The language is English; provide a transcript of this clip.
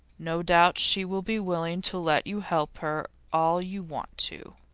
no doubt she will be willing to let you help her all you want to.